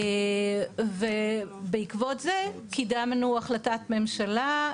ובעקבות זה קידמנו החלטת ממשלה.